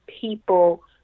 people